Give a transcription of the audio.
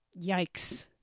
Yikes